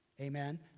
Amen